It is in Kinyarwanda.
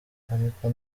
ariko